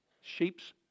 sheep's